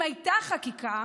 אם הייתה חקיקה,